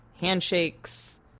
Handshakes